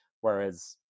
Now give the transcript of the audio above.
whereas